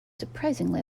surprisingly